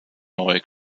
neu